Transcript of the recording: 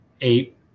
eight